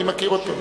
אני מכיר אותו.